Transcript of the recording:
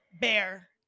Bear